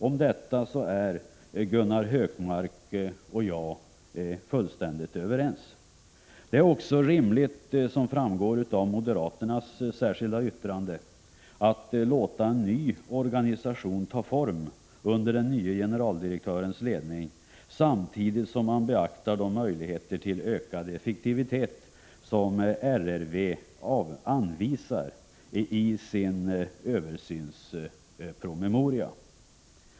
Om detta är Gunnar Hökmark och jag fullständigt överens. Det är också rimligt, som framgår av moderaternas särskilda yttrande, att låta en ny organisation ta form under den nye generaldirektörens ledning samtidigt som man beaktar de möjligher till ökad effektivitet som RRV anvisar i sin översynspromemoria.